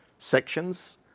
sections